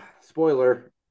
spoiler